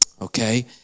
Okay